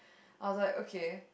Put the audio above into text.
I was like okay